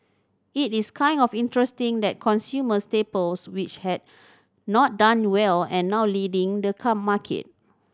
it is kind of interesting that consumer staples which had not done well and now leading the come market